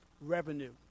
Revenue